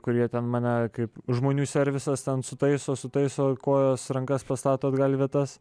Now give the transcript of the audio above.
kurie ten mane kaip žmonių servisas ten sutaiso sutaiso kojos rankas pastato atgal į vietas